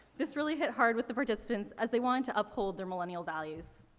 this really hit hard with the participants as they wanted to uphold their millennial values.